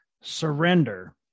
surrender